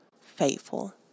faithful